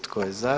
Tko je za?